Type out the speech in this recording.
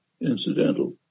incidental